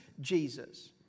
Jesus